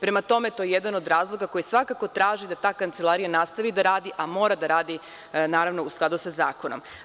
Prema tome, to je jedan od razloga koji svakako traži da ta kancelarija nastavi da radi, a mora da radi naravno u skladu sa zakonom.